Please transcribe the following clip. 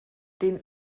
den